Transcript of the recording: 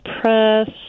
Press